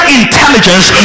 intelligence